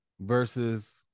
versus